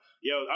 Yo